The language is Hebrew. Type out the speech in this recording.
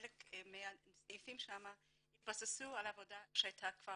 חלק מהסעיפים שם התבססו על עבודה שהייתה כבר